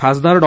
खासदार डॉ